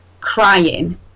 crying